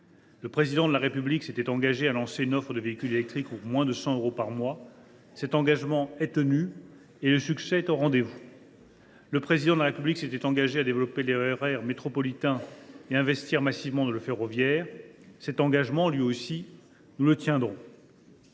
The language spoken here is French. Le Président de la République s’était engagé à lancer une offre de véhicule électrique pour moins de 100 euros par mois. Cet engagement est tenu ; le succès est au rendez vous. « Le Président de la République s’était engagé à développer les RER métropolitains et à investir massivement dans le ferroviaire. Cet engagement, nous le tiendrons,